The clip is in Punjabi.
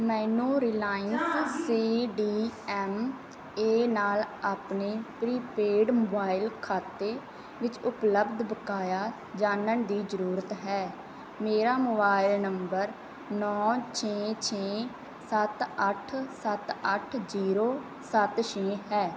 ਮੈਨੂੰ Reliance C D M A ਨਾਲ ਆਪਣੇ ਪ੍ਰੀਪੇਡ ਮੋਬਾਈਲ ਖਾਤੇ ਵਿੱਚ ਉਪਲੱਬਧ ਬਕਾਇਆ ਜਾਣਨ ਦੀ ਜ਼ਰੂਰਤ ਹੈ ਮੇਰਾ ਮੋਬਾਈਲ ਨੰਬਰ ਨੌਂ ਛੇ ਛੇ ਸੱਤ ਅੱਠ ਸੱਤ ਅੱਠ ਜ਼ੀਰੋ ਸੱਤ ਛੇ ਹੈ